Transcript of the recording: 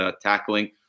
tackling